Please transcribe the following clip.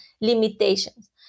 limitations